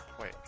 Wait